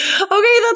Okay